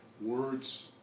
Words